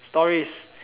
stories